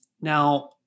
Now